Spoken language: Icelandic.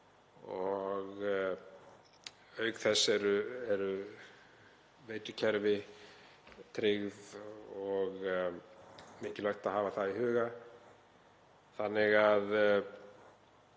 og auk þess eru veitukerfi tryggð og er mikilvægt að hafa það í huga.